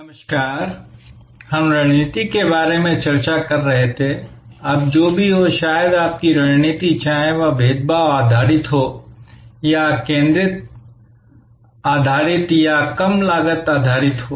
नमस्कार हम रणनीति के बारे में चर्चा कर रहे थे अब जो भी हो शायद आपकी रणनीति चाहे वह भेदभाव आधारित हो या यह केंद्र आधारित या कम लागत आधारित हो